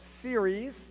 series